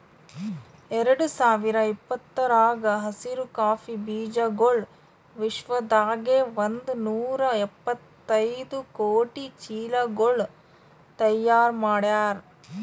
ಎರಡು ಸಾವಿರ ಇಪ್ಪತ್ತರಾಗ ಹಸಿರು ಕಾಫಿ ಬೀಜಗೊಳ್ ವಿಶ್ವದಾಗೆ ಒಂದ್ ನೂರಾ ಎಪ್ಪತ್ತೈದು ಕೋಟಿ ಚೀಲಗೊಳ್ ತೈಯಾರ್ ಮಾಡ್ಯಾರ್